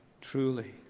truly